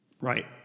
Right